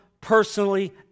personally